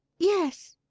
yes,